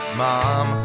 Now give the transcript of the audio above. mom